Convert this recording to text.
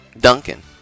Duncan